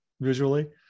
visually